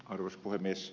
arvoisa puhemies